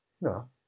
No